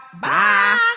Bye